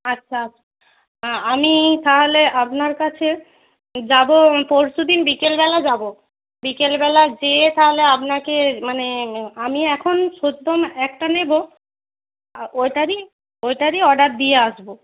আচ্ছা আমি তাহলে আপনার কাছে যাব পরশু দিন বিকেলবেলা যাব বিকেলবেলা যেয়ে তাহলে আপনাকে মানে আমি এখন সদ্য একটা নেব ওইটারই ওইটারই অর্ডার দিয়ে আসবো